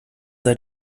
seit